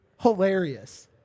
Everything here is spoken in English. hilarious